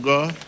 God